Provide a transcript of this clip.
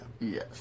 yes